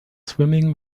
swimming